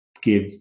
give